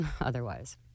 otherwise